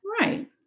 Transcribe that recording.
Right